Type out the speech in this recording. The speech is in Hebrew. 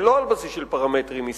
ולא על בסיס של פרמטרים עסקיים.